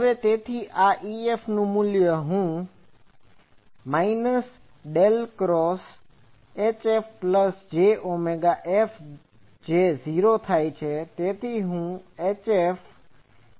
હવે તેથી આ EF નું મૂલ્ય હું j ωϵ લખી શકું છું પછી માઈનસ ડેલ ક્રોસ F ભાગ્યા એપ્સીલોન અને હું લખી શકું છું કે ×HFjωF ડેલ ક્રોસ કોંસ માં HF પ્લસ જે ઓમેગા F જે 0 થાય છે